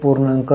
2 आहे